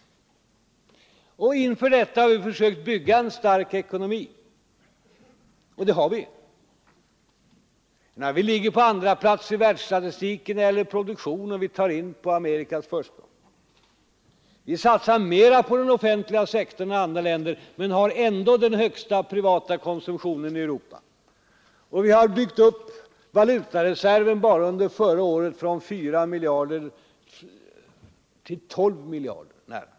Mot den bakgrunden har vi försökt att bygga upp en stark ekonomi — och vi har en sådan. Vi ligger på andra plats i världsstatistiken när det gäller produktionen, och vi tar in på USA:s försprång. Vi satsar mera på den offentliga sektorn än andra länder men har ändå den högsta privata konsumtionen i Europa. Vi har byggt upp valutareserven bara under förra året från 4 miljarder till 12 miljarder kronor.